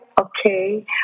okay